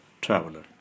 Traveler